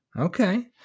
Okay